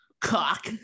Cock